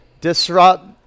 Disrupt